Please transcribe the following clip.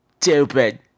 stupid